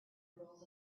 rules